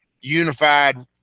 unified